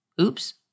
oops